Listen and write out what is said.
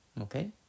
Okay